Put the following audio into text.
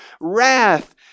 wrath